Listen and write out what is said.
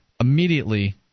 immediately